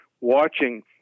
watching